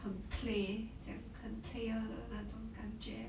很 play 这样很 player 的那种感觉